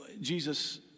Jesus